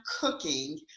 cooking